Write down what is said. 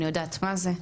אני יודעת מה זה,